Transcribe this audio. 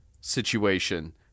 situation